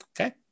Okay